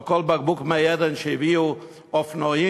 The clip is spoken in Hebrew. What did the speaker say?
ועל כל בקבוק "מי עדן" שהביאו אופנועים,